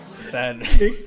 Sad